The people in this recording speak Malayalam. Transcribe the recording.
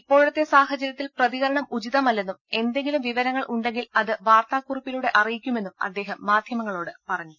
ഇപ്പോഴത്തെ സാഹചര്യത്തിൽ പ്രതികരണം ഉചിതമല്ലെന്നും എന്തെങ്കിലും വിവരങ്ങൾ ഉണ്ടെങ്കിൽ അത് പത്രക്കുറിപ്പിലൂടെ അറിയിക്കുമെന്നും അദ്ദേഹം മാധ്യമങ്ങളോട് പറഞ്ഞു